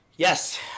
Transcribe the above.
Yes